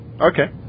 Okay